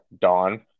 Dawn